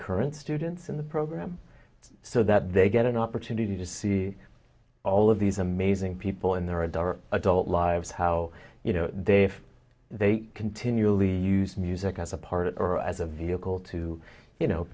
current students in the program so that they get an opportunity to see all of these amazing people and there are dire adult lives how you know they if they continually use music as a part or as a vehicle to you